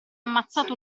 ammazzato